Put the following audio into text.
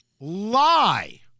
lie